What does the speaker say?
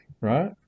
right